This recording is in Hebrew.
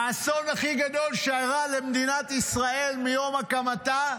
האסון הכי גדול שאירע למדינת ישראל מיום הקמתה,